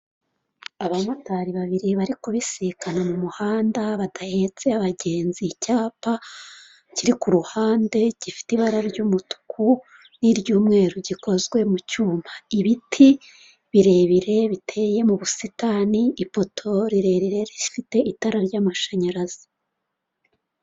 Aba motari ba biri bari kubisikana mu muhanda badahetse abagenzi. Ni cyapa kiri kuruhande gifite ibiara ry'umutuku niry'umweru gikozwe mu cyuma, ibiti birebire biteye mu busitani. Ipoto rirerire rifite itara ry'amashanyarazi.